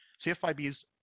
CFIB's